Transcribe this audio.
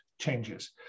changes